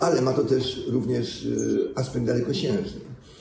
Ale ma to również aspekt dalekosiężny.